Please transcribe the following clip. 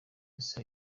ese